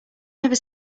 never